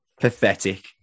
Pathetic